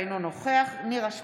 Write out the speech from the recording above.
אינו נוכח נירה שפק,